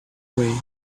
way